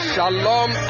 Shalom